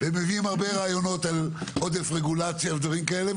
הם מביאים הרבה רעיונות על עודף רגולציה ודברים כאלה.